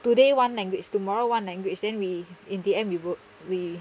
today one language tomorrow one language then we in the end we wrote we